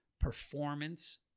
performance